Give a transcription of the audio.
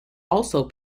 also